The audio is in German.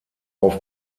auf